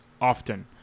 often